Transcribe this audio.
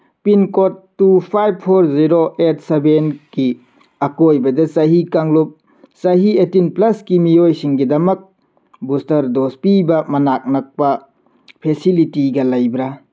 pincode two five four zero eight ꯁꯕꯦꯟꯒꯤ ꯑꯀꯣꯏꯕꯗ ꯆꯍꯤ ꯀꯥꯡꯂꯨꯞ ꯆꯍꯤ ꯑꯦꯠꯇꯤꯟ ꯄ꯭ꯂꯁꯀꯤ ꯃꯤꯌꯣꯏꯁꯤꯡꯒꯤꯗꯃꯛ ꯕꯨꯁꯇꯔ ꯗꯣꯁ ꯄꯤꯕ ꯃꯅꯥꯛ ꯅꯛꯄ ꯐꯦꯁꯤꯂꯤꯇꯤꯒ ꯂꯩꯕ꯭ꯔꯥ